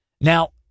Now